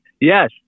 Yes